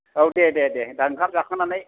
औ दे दे दे दा ओंखाम जाखांनानै